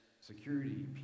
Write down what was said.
Security